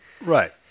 right